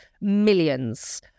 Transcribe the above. millions